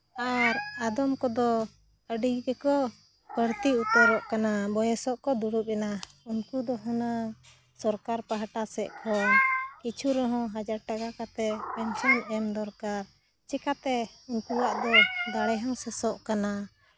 ᱟᱨ ᱟᱫᱚᱢ ᱠᱚᱫᱚ ᱟᱹᱰᱤ ᱜᱮᱠᱚ ᱵᱟᱹᱲᱛᱤ ᱩᱛᱟᱹᱨᱚᱜ ᱠᱟᱱᱟ ᱵᱚᱭᱮᱥᱚᱜ ᱠᱚ ᱫᱩᱲᱩᱵᱚᱜ ᱮᱱᱟ ᱩᱱᱠᱩ ᱫᱚ ᱦᱩᱱᱟᱹᱝ ᱥᱚᱨᱠᱟᱨ ᱯᱟᱦᱴᱟ ᱥᱮᱫ ᱠᱷᱚᱱ ᱠᱤᱪᱷᱩ ᱨᱮᱦᱚᱸ ᱦᱟᱡᱟᱨ ᱴᱟᱠᱟ ᱠᱟᱛᱮ ᱯᱮᱱᱥᱚᱱ ᱮᱢ ᱫᱚᱨᱠᱟᱨ ᱪᱤᱠᱟᱹᱛᱮ ᱩᱱᱠᱩᱣᱟᱜ ᱫᱚ ᱫᱟᱲᱮ ᱦᱚᱸ ᱥᱮᱥᱚᱜ ᱠᱟᱱᱟ